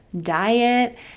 diet